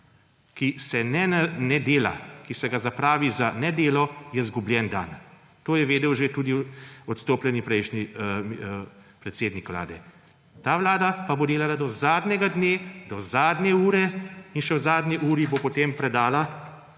ki se ne dela, ki se ga zapravi za nedelo, je zgubljen dan. To je vedel že tudi odstopljeni prejšnji predsednik vlade. Ta vlada pa bo delala do zadnjega dne, do zadnje ure in še v zadnji uri bo potem predala, predala